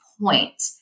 point